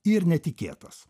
ir netikėtas